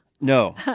No